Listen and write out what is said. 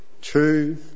Two